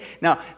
Now